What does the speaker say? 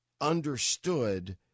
understood